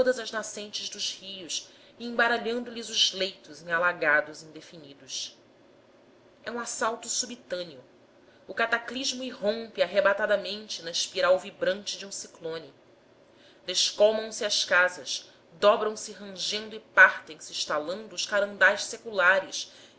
as nascentes dos rios e embaralhando lhes os leitos em alagados indefinidos é um assalto subitâneo o cataclismo irrompe arrebatadamente na espiral vibrante de um ciclone descolmam se as casas dobram se rangendo e partem se estalando os carandás seculares